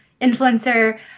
influencer